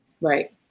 Right